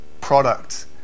product